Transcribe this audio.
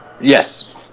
Yes